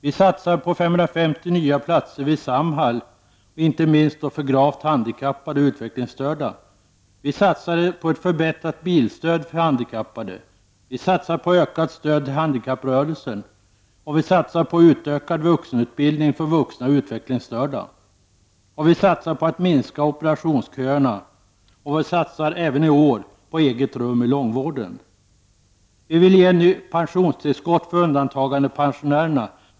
Vi satsar på 550 nya platser vid Samhall, inte minst för gravt handikappade och utvecklingsstörda. Vi satsar på ett förbättrat bilstöd för handikappade. Vi satsar på ökat stöd till handikapprörelsen. Vi satsar på utökad vuxenutbildning för vuxna utvecklingsstörda. Vi satsar på att minska operationsköerna. Vi satsar även i år på eget rum i långvården. Vi vill ge pensionstillskott för undantagandepensionärerna.